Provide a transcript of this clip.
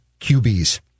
QBs